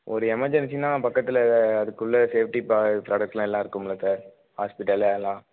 ஒரு எமர்ஜென்ஸினால் பக்கத்தில் அதுக்குள்ள சேஃப்ட்டி ப்ராடக்ட்லாம் எல்லாம் இருக்குமில்ல சார் ஹாஸ்பிடல் அதல்லாம்